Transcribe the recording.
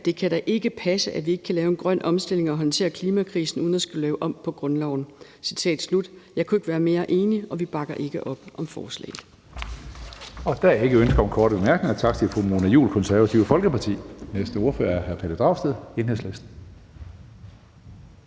»Det kan da ikke passe, at vi ikke kan lave en grøn omstilling og håndtere klimakrisen uden at skulle lave om på grundloven.« Jeg kunne ikke være mere enig, og vi bakker ikke op om forslaget. Kl. 16:05 Tredje næstformand (Karsten Hønge): Der er ikke ønske om korte bemærkninger. Tak til fru Mona Juul, Det Konservative Folkeparti. Næste ordfører er hr. Pelle Dragsted, Enhedslisten.